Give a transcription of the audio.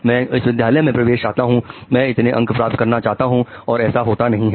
मैं इस विद्यालय में प्रवेश चाहता हूं मैं इतने अंक प्राप्त करना चाहता हूं और ऐसा होता नहीं है